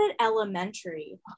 Elementary